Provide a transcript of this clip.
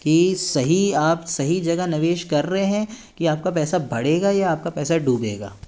कि सही आप सही जगह निवेश कर रहे हैं कि आपका पैसा बढ़ेगा या आपका पैसा डूबेगा